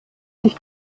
sich